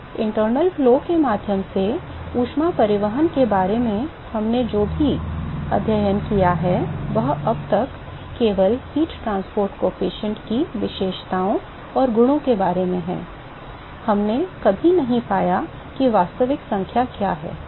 तो आंतरिक प्रवाह के माध्यम से ऊष्मा परिवहन के बारे में हमने जो कुछ भी अध्ययन किया है वह अब तक केवल ऊष्मा परिवहन गुणांक की विशेषताओं और गुणों के बारे में है हमने कभी नहीं पाया कि वास्तविक संख्या क्या है